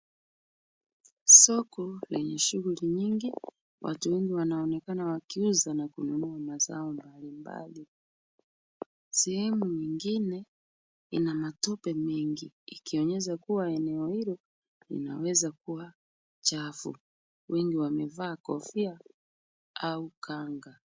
Soko lenye shughuli nyingi. Watu wengi wanaonekana wakiuza na kununua mazao mbalimbali. Sehemu nyingine ina matope mengi, ikionyesha kuwa eneo hilo linaweza kuwa chafu. Wengi wamevaa kofia au kanga.